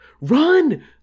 Run